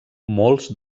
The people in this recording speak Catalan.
molts